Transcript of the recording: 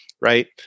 right